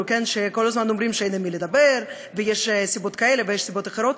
שכל הזמן אומרים שאין עם מי לדבר ויש סיבות כאלה ויש סיבות אחרות,